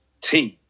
team